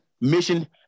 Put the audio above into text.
mission